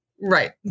Right